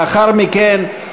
לאחר מכן,